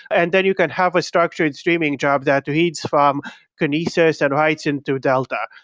and then you can have a structured streaming job that reads from kinesis and writes into delta.